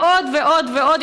ועוד ועוד ועוד.